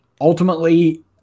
Ultimately